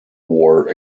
war